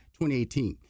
2018